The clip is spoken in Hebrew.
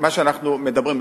מה שאנחנו מדברים,